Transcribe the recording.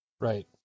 Right